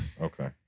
okay